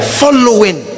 following